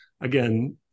again